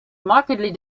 markedly